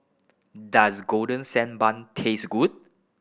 does Golden Sand Bun taste good